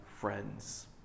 friends